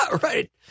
Right